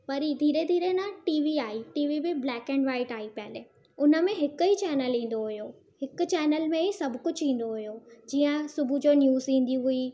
वरी धीरे धीरे न टीवी आई टीवी बि ब्लैक एंड वाईट आई पहले उन में हिकु ई चैनल ईंदो हुयो हिकु चैनल में ई सभु कुझु ईंदो हुयो जीअं सुबुह जो न्यूज़ ईंदी हुई